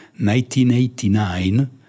1989